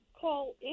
call